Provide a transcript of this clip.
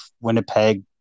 Winnipeg